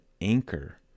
anchor